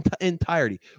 entirety